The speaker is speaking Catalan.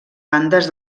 bandes